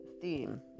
theme